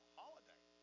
holiday